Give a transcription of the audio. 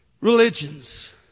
religions